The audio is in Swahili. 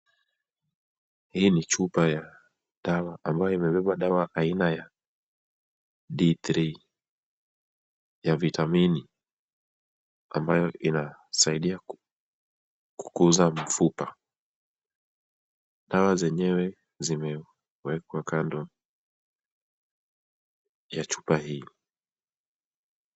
Hii ni chupa ya dawa ambayo imebeba dawa aina ya D3, ya vitamini ambayo inasaidia kukuza mfupa. Dawa zenyewe zimewekwa kando ya chupa hii.